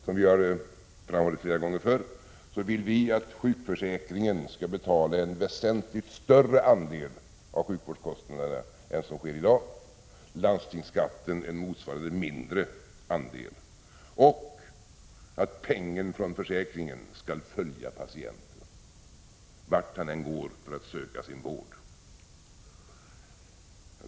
Som vi har framhållit flera gånger förr vill vi att sjukförsäkringen skall betala en väsentligt större andel av sjukvårdskostnaderna än i dag, medan landstingsskatten skall betala en motsvarande mindre andel, och att pengen från försäkringen skall följa patienten vart han än går för att söka sin vård.